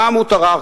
גם הוא טרח,